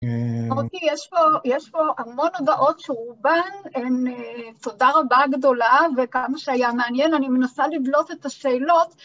אמרתי, יש פה המון הודעות, שרובן, תודה רבה גדולה וכמה שהיה מעניין, אני מנסה לבלוט את השאלות.